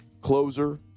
Closer